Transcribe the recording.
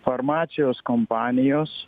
farmacijos kompanijos